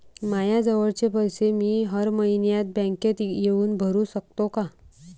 मायाजवळचे पैसे मी हर मइन्यात बँकेत येऊन भरू सकतो का?